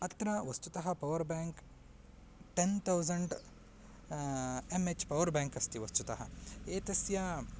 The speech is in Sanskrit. अत्र वस्तुतः power bank ten thousand M H power bank अस्ति वस्तुतः एतस्य